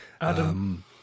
Adam